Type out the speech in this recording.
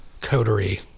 coterie